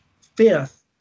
fifth